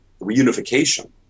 reunification